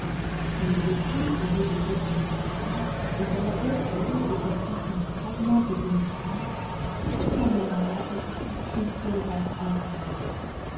le cocher avait des vêtements noirs et dans la voiture était assise une charmante jeune fille tout en noir aussi et pleurant amèrement